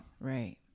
Right